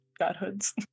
godhoods